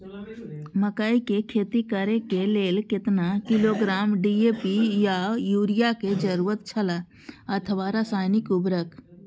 मकैय के खेती करे के लेल केतना किलोग्राम डी.ए.पी या युरिया के जरूरत छला अथवा रसायनिक उर्वरक?